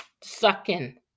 sucking